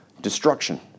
destruction